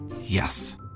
Yes